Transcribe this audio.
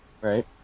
Right